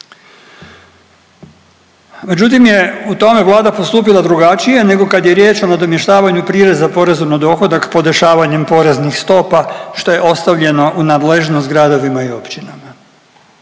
Međutim je u tome Vlada postupila drugačije nego kad je riječ o nadomještavanju prireza porezu na dohodak podešavanjem poreznih stopa što je ostavljeno u nadležnost gradovima i općinama.